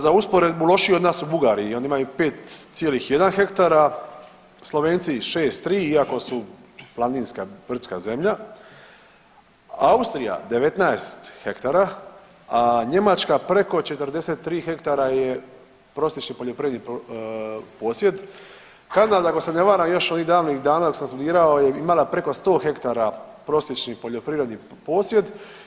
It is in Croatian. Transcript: Za usporedbu lošiji od nas su Bugari i oni imaju 5,1 hektara, Slovenci 6,3 iako su planinska brdska zemlja, Austrija 19 hektara, a Njemačka preko 43 hektara je prosječni poljoprivredni posjed, Kanada ako se ne varam još onih davnih dana dok sam studirao je imala preko 100 hektara prosječni poljoprivredni posjed.